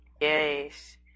Yes